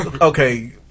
Okay